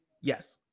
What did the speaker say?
Yes